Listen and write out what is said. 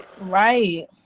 Right